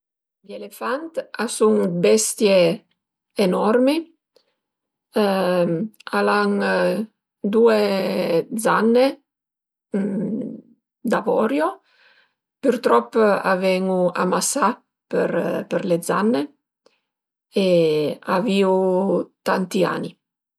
Gl'elefant a sun 'd bestie enormi al an due zanne d'avorio, pürtrop a ven-u amasà për le zanne e a vivu tanti ani